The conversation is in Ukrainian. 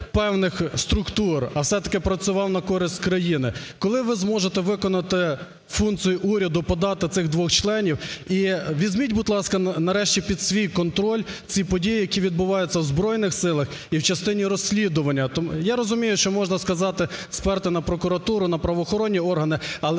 певних структур, а все-таки працював на користь країни. Коли ви зможете виконати функцію уряду подати цих двох членів? І візьміть, будь ласка, нарешті під свій контроль ці події, які відбуваються в Збройних Силах і в частині розслідування. Я розумію, що можна сказати, сперти на прокуратуру, на правоохоронні органи, але